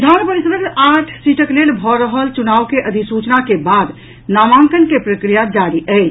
विधान परिषदक आठ सीटक लेल भऽ रहल चुनाव के अधिसूचना के बाद नामांकन के प्रक्रिया जारी अछि